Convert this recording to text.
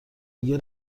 دیگه